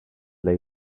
lay